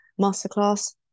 masterclass